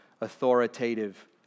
authoritative